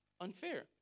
unfair